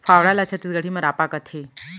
फावड़ा ल छत्तीसगढ़ी म रॉंपा कथें